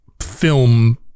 film